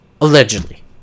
Allegedly